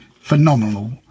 phenomenal